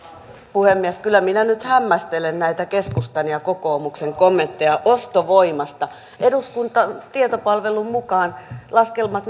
puhemies kyllä minä nyt hämmästelen näitä keskustan ja kokoomuksen kommentteja ostovoimasta eduskunnan tietopalvelun mukaan laskelmat